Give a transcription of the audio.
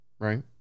Right